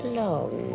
long